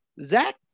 Zach